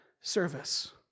service